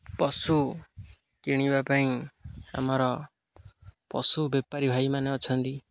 ପଶୁ କିଣିବା ପାଇଁ ଆମର ପଶୁ ବେପାରୀ ଭାଇମାନେ ଅଛନ୍ତି